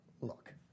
Look